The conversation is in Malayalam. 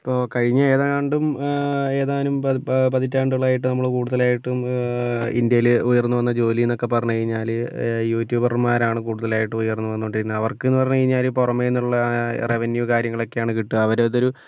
ഇപ്പോൾ കഴിഞ്ഞ ഏതാണ്ടും ഏതാനും പ പതിറ്റാണ്ടികളായിട്ട് നമ്മൾ കൂടുതലായിട്ടും ഇന്ത്യയിൽ ഉയർന്ന് വന്ന ജോലിയെന്നൊക്കെ പറഞ്ഞ് കഴിഞ്ഞാൽ യൂട്യൂബർമാരാണ് കൂടുതലായിട്ടും ഉയർന്ന് വന്നുകൊണ്ടിരിക്കുന്നത് അവർക്കിന്ന് പറഞ്ഞ് കഴിഞ്ഞാൽ പുറമെനിന്നുള്ള റെവന്യൂ കാര്യങ്ങളൊക്കെയാണ് കിട്ടുക അവരതൊരു